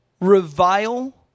revile